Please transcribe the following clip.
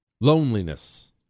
loneliness